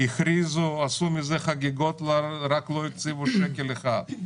הכריזו, עשו מזה חגיגות, רק שלא הקציבו שקל אחד.